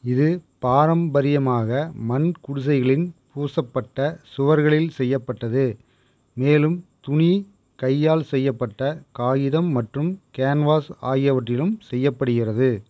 இது பாரம்பரியமாக மண் குடிசைகளின் பூசப்பட்ட சுவர்களில் செய்யப்பட்டது மேலும் துணி கையால் செய்யப்பட்ட காகிதம் மற்றும் கேன்வாஸ் ஆகியவற்றிலும் செய்யப்படுகிறது